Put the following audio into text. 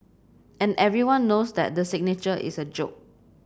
and everyone knows the signature is a joke